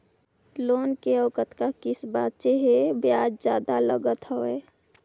Loan के अउ कतका किस्त बांचें हे? ब्याज जादा लागत हवय,